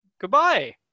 goodbye